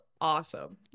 awesome